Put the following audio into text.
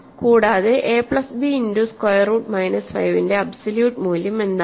കൂടാതെ a plus b into square root minus 5 ന്റെ absolute മൂല്യം എന്താണ്